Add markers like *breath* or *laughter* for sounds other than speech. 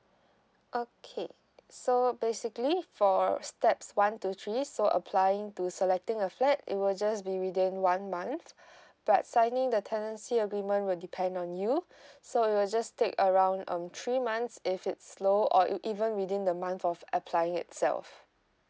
okay so basically for steps one to three so applying to selecting a flat it will just be within one month *breath* but signing the tenancy agreement will depend on you *breath* so it will just take around um three months if it's slow or e~ even within the month of applying itself